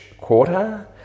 quarter